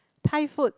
Thai food